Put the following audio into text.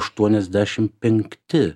aštuoniasdešim penkti